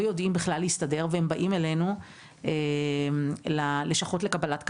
יודעים בכלל להסתדר והם באים אלינו ללשכות לקבלת קהל.